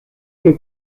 que